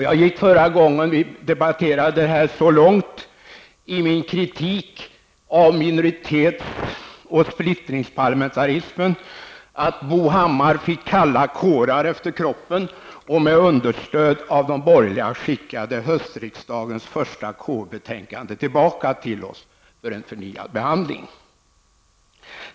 Jag gick förra gången vi debatterade frågan så långt i min kritik av minoritets och splittringsparlamentarismen att Bo Hammar fick kalla kårar efter kroppen och med understöd av de borgerliga skickade höstriksdagens första KU betänkande tillbaka till utskottet för en förnyad behandling.